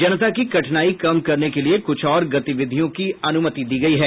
जनता की कठिनाई कम करने के लिए कुछ और गतिविधियों की अनुमति दी गई है